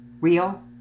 real